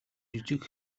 жижиг